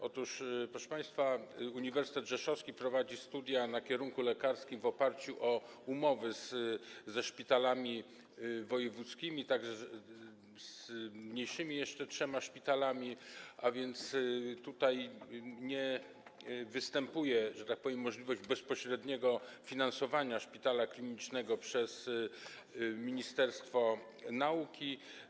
Otóż, proszę państwa, Uniwersytet Rzeszowski prowadzi studia na kierunku lekarskim w oparciu o umowy ze szpitalami wojewódzkimi, a także z jeszcze trzema mniejszymi szpitalami, a więc tutaj nie występuje, że tak powiem, możliwość bezpośredniego finansowania szpitala klinicznego przez ministerstwo nauki.